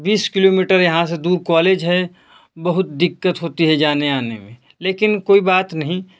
बीस किलोमीटर यहाँ से दूर कॉलेज है बहुत दिक़्क़त होती है जाने आने में लेकिन कोई बात नहीं